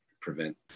prevent